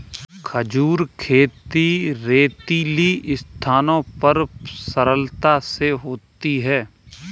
खजूर खेती रेतीली स्थानों पर सरलता से होती है